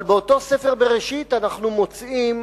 אבל באותו ספר "בראשית", אנחנו מוצאים